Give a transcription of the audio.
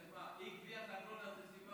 אי-גביית ארנונה זו סיבה